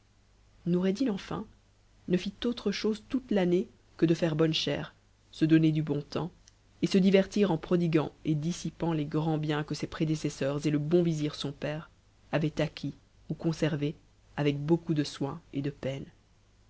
noureddin enfin ne fit autre chose toute l'année que de taire boum chère se donner du bon temps et se divertir en prodiguant et dissipmt les grands biens que ses prédécesseurs et le bon vizir son père avaient acquis ou conservés avec beaucoup de soins et de peine